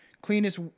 cleanest